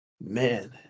Man